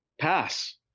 pass